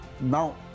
Now